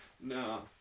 no